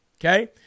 okay